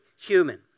human